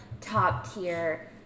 top-tier